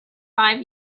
five